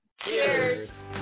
Cheers